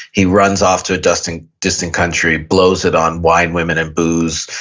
he runs off to a distant distant country blows it on wine, women and booze,